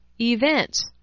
events